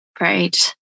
Right